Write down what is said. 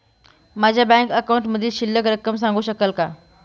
माझ्या बँक अकाउंटमधील शिल्लक रक्कम सांगू शकाल का?